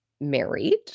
married